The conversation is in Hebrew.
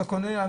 אתה קונה,